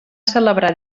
celebrar